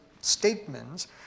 statements